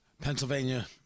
Pennsylvania